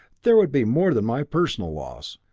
there would be more than my personal loss.